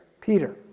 Peter